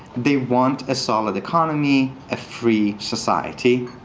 they want a solid economy, a free society,